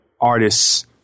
artists